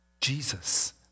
Jesus